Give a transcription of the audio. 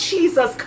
Jesus